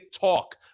talk